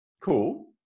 cool